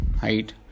height